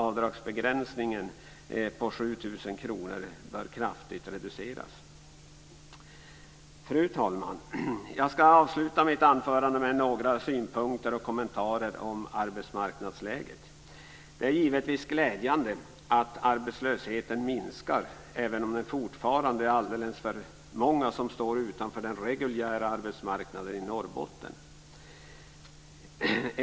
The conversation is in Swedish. Avdragsbegränsningen på 7 000 kr bör kraftigt reduceras. Fru talman! Jag ska avsluta mitt anförande med några synpunkter och kommentarer om arbetsmarknadsläget. Det är givetvis glädjande att arbetslösheten minskar, även om det fortfarande är alldeles för många som står utanför den reguljära arbetsmarknaden i Norrbotten.